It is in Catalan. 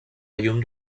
llum